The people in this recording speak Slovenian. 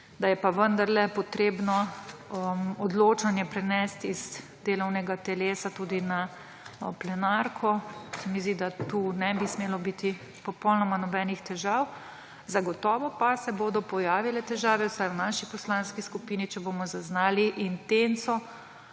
da je vendarle treba odločanje prenesti z delovnega telesa tudi na plenarko. Se mi zdi, da tukaj ne bi smelo biti popolnoma nobenih težav. Zagotovo pa se bodo pojavile težave vsaj v naši poslanski skupini, če bomo zaznali intenco